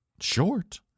short